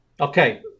okay